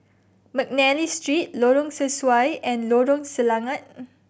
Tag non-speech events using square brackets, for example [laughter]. McNally Street Lorong Sesuai and Lorong Selangat [noise]